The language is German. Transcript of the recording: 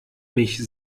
mich